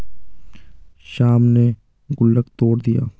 श्याम ने गुल्लक तोड़ दिया